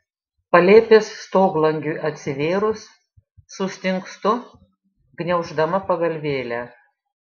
palėpės stoglangiui atsivėrus sustingstu gniauždama pagalvėlę